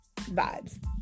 vibes